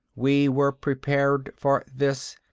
we were prepared for this.